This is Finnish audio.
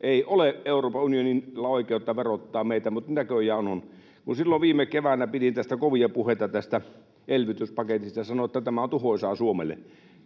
ei ole Euroopan unionilla oikeutta verottaa meitä, mutta näköjään on. Kun silloin viime keväänä pidin kovia puheita tästä elvytyspaketista ja sanoin, että tämä on tuhoisaa Suomelle,